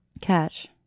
catch